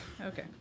Okay